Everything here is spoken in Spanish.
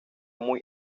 muy